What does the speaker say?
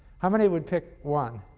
how many would pick one?